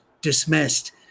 dismissed